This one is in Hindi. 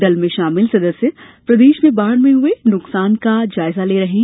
दल में शामिल सदस्य प्रदेष में बाढ़ से हुए नुकसान का जायजा ले रहे हैं